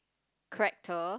character